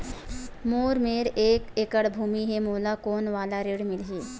मोर मेर एक एकड़ भुमि हे मोला कोन वाला ऋण मिलही?